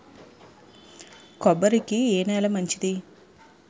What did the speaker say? కొబ్బరి కి ఏ నేల మంచిది?